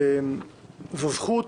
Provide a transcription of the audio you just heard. זו זכות